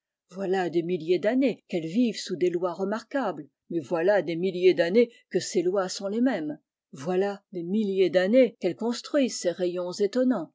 voilà des milliers d'annés qu'elles vivent sous des lois remarquables mais voilà des milliers d'années que ces lois sont les mêmes voilà des milliers d'années qu'elles pnictruiigent ces rayons étonnants